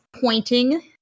pointing